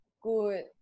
good